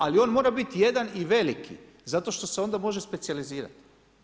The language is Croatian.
Ali, on mora biti jedan i veliki, zato što se onda može specijalizirati.